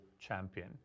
champion